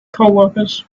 coworkers